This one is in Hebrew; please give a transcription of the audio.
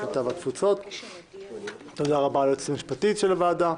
הקליטה והתפוצות להעברת הצעות החוק שפורטו מוועדת העבודה,